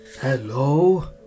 Hello